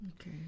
Okay